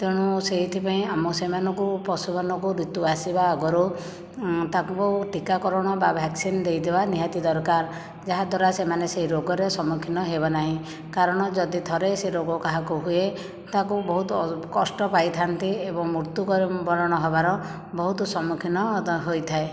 ତେଣୁ ସେଇଥିପାଇଁ ଆମ ସେମାନଙ୍କୁ ପଶୁମାନଙ୍କୁ ଋତୁ ଆସିବା ଆଗରୁ ତାକୁ ଟୀକା କରଣ ବା ଭ୍ୟାକ୍ସିନ୍ ଦେଇଦେବା ନିହାତି ଦରକାର ଯାହାଦ୍ଵାରା ସେମାନେ ସେ ରୋଗରେ ସମ୍ମୁଖୀନ ହେବେ ନାହିଁ କାରଣ ଯଦି ଥରେ ସେ ରୋଗ କାହାକୁ ହୁଏ ତାକୁ ବହୁତ କଷ୍ଟ ପାଇଥାନ୍ତି ଏବଂ ମୃତ୍ୟୁ ବରଣ ହବାର ବହୁତ ସମ୍ମୁଖୀନ ଦ ହୋଇଥାଏ